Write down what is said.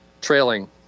trailing